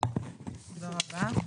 תודה רבה.